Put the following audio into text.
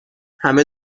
همه